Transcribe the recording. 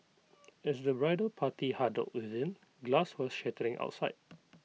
as the bridal party huddled within glass was shattering outside